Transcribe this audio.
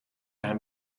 hem